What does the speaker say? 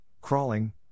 crawling